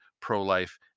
pro-life